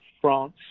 France